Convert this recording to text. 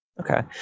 Okay